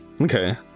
Okay